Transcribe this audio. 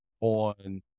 on